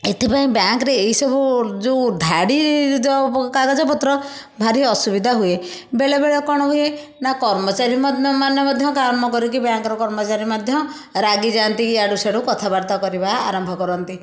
ଏଥିପାଇଁ ବ୍ୟାଙ୍କରେ ଏଇସବୁ ଯେଉଁ ଧାଡ଼ି ଯେଉଁ କାଗଜପତ୍ର ଭାରି ଅସୁବିଧା ହୁଏ ବେଳେବେଳେ କ'ଣ ହୁଏ ନା କର୍ମଚାରୀମାନେ ମଧ୍ୟ କାମ କରିକି ବ୍ୟାଙ୍କର କର୍ମଚାରୀ ମାନେ ମଧ୍ୟ ରାଗିଯାନ୍ତି ଇଆଡ଼ୁ ସିଆଡ଼ୁ କଥାବାର୍ତ୍ତା କରିବା ଆରମ୍ଭ କରନ୍ତି